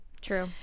true